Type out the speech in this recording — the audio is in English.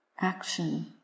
action